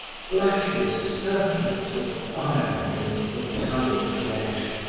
flashes serpents of fire against the pallid flesh,